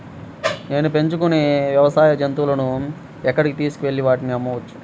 నేను పెంచుకొనే వ్యవసాయ జంతువులను ఎక్కడికి తీసుకొనివెళ్ళి వాటిని అమ్మవచ్చు?